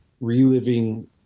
reliving